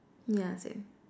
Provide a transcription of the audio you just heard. yeah same